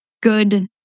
good